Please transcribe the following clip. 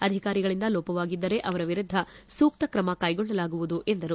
ಅಧಿಕಾರಿಗಳಿಂದ ಲೋಪವಾಗಿದ್ದರೆ ಅವರ ವಿರುದ್ಧ ಸೂಕ್ತ ತ್ರಮ ಕೈಗೊಳ್ಳಲಾಗುವುದು ಎಂದರು